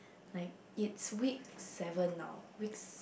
like it's week seven now weeks